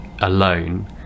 alone